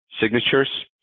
signatures